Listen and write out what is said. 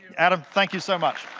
adam, thank you so much.